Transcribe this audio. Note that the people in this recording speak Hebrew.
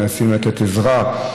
מנסים לתת עזרה,